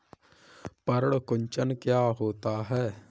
पर्ण कुंचन क्या होता है?